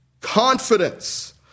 confidence